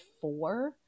four